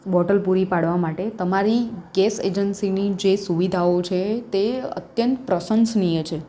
bottle પૂરી પાડવા માટે તમારી ગેસ એજન્સીની જે સુવિધાઓ છે તે અત્યંત પ્રશંસનીય છે